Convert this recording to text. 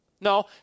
No